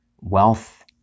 wealth